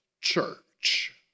church